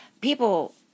People